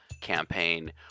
campaign